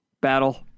battle